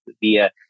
via